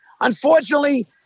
Unfortunately